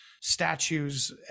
statues